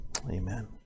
Amen